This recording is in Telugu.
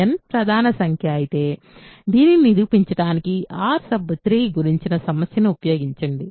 n ప్రధాన సంఖ్య అయితే దీనిని నిరూపించడానికి R3 గురించిన సమస్యను ఉపయోగించండి